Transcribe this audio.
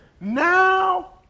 Now